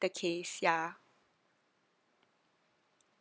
the case ya